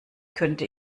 könnte